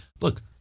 look